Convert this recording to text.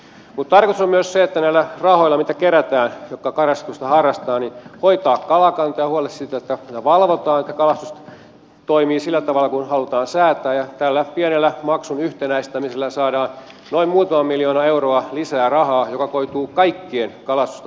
mutta tarkoitus on myös näillä rahoilla mitä kerätään niiltä jotka kalastusta harrastavat hoitaa kalakantaa ja huolehtia siitä että valvotaan että kalastus toimii sillä tavalla kuin halutaan säätää ja tällä pienellä maksun yhtenäistämisellä saadaan noin muutama miljoona euroa lisää rahaa joka koituu kaikkien kalastusta harrastavien hyödyksi